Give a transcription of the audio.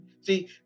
See